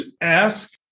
ask